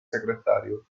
segretario